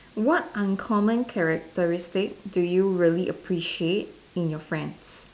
what uncommon characteristic do you really appreciate in your friends